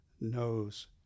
knows